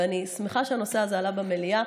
ואני שמחה שהנושא הזה עלה במליאה.